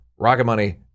Rocketmoney